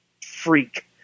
freak